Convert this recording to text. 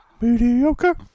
Mediocre